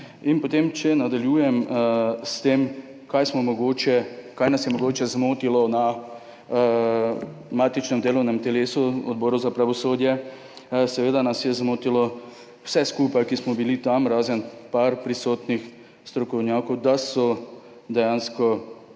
dejanja. Če nadaljujem s tem, kaj nas je zmotilo na matičnem delovnem telesu, Odboru za pravosodje. Seveda nas je zmotilo, vse skupaj, ki smo bili tam, razen nekaj prisotnih strokovnjakov, da so dejansko